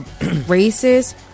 races